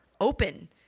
open